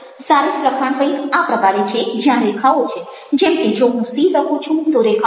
serif લખાણ કંઈક આ પ્રકારે છે જ્યાં રેખાઓ છે જેમ કે જો હું C લખું છું તો રેખાઓ છે